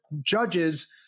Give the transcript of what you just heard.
judges